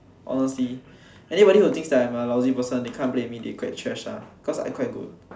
honestly anybody who thinks that I'm a lousy person they come play with me they get thrashed ah because I quite good